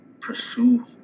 pursue